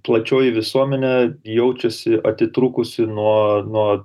plačioji visuomenė jaučiasi atitrūkusi nuo nuo